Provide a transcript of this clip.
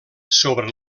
sobre